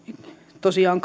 tosiaan